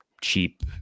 cheap